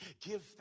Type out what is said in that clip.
Give